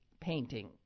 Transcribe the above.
painting